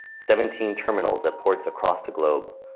seventeen terminals at ports across the globe,